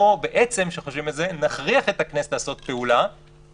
בואו נכריח את הכנסת לעשות פעולה